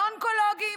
ואונקולוגים,